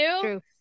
True